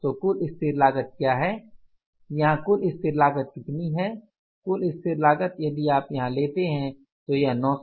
तो कुल स्थिर लागत क्या है यहाँ कुल स्थिर लागत कितनी है कुल स्थिर लागत यदि आप यहाँ लेते हैं तो यह यह 980 है